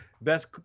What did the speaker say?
best